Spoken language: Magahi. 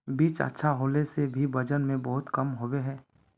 बीज अच्छा होला से भी वजन में बहुत कम होबे है?